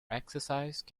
exercise